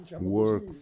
work